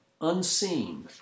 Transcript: unseen